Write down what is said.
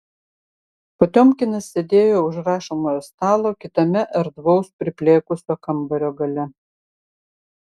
potiomkinas sėdėjo už rašomojo stalo kitame erdvaus priplėkusio kambario gale